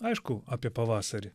aišku apie pavasarį